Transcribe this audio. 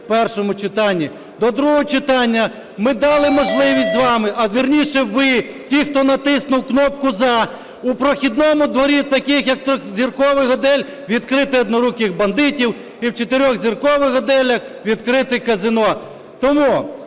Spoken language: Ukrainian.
в першому читанні. До другого читання ми дали можливість з вами, а вірніше ви, ті, хто натиснув кнопку "за", у прохідному дворі таких як трьохзірковий готель відкрити "одноруких бандитів" і в чотирьохзіркових готелях відкрити казино.